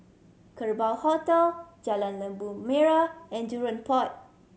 Kerbau Hotel Jalan Labu Merah and Jurong Port